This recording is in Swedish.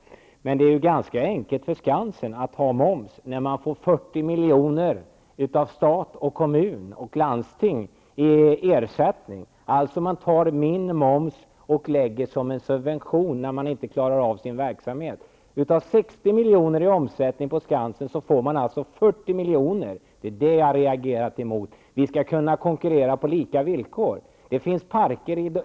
Men det är ju ganska enkelt för Skansen att betala in moms, när den får 40 miljoner av stat och kommun och landsting i ersättning. Man tar alltså in moms och ger sedan subventioner till en del institutioner när de inte klarar sin verksamhet. Av 60 milj.kr. i omsättning får Skansen som sagt 40 miljoner. Det är detta jag har reagerat mot. Vi skall kunna konkurera på lika villkor.